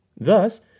Thus